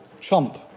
Trump